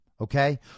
okay